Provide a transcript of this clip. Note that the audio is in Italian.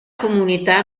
comunità